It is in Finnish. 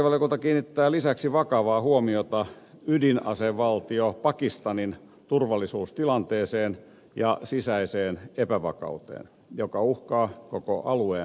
ulkoasiainvaliokunta kiinnittää lisäksi vakavaa huomiota ydinasevaltio pakistanin turvallisuustilanteeseen ja sisäiseen epävakauteen joka uhkaa koko alueen vakautta